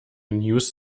news